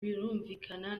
birumvikana